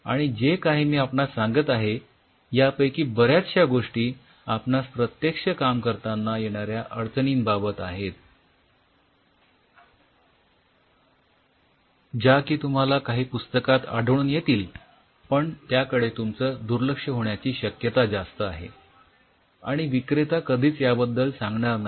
आणि जे काही मी आपणास सांगत आहे यापैकी बऱ्याचशा गोष्टी आपणास प्रत्यक्ष काम करतांना येणाऱ्या अडचणींबाबत आहेत ज्या की तुम्हाला काही पुस्तकात आढळून येतील पण त्याकडे तुमचं दुर्लक्ष होण्याची जास्त शक्यता आहे आणि विक्रेता कधीच याबद्दल सांगणार नाही